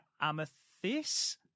amethyst